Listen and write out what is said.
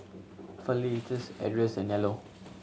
Felicitas Ardyce and Nello